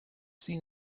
seen